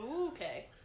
Okay